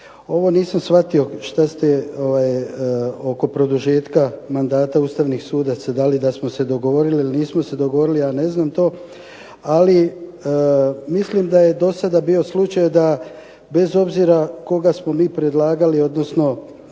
ovo nisam shvatio što ste oko produžetka mandata ustavnih sudaca dali, da smo se dogovorili ili nismo se dogovorili ja ne znam to, ali mislim da je do sada bio slučaj da bez obzira koga smo mi predlagali odnosno